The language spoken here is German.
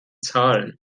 zahlen